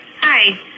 Hi